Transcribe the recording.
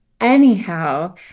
anyhow